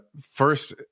First